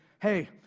hey